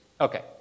Okay